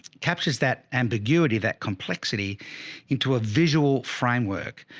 captures that ambiguity, that complexity into a visual framework.